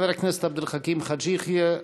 חבר הכנסת עבד אל חכים חאג' יחיא,